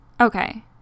okay